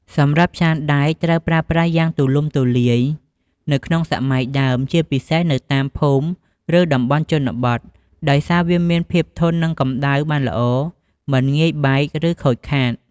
សម្រាប់ចានដែក ត្រូវបានប្រើប្រាស់យ៉ាងទូលំទូលាយនៅក្នុងសម័យដើម ជាពិសេសនៅតាមភូមិ ឬតំបន់ជនបទ ដោយសារវាមានភាពធន់នឹងកម្ដៅបានល្អ មិនងាយបែក ឬខូចខាត។